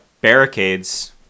barricades